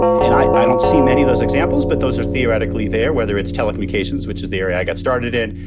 and i i don't see many of those examples. but those are theoretically there, whether it's telekom's caissons, which is the area i got started in,